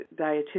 dietitian